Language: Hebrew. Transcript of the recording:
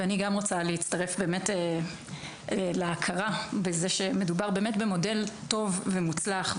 וגם אני רוצה להצטרף להכרה בזה שמדובר באמת במודל טוב ומוצלח,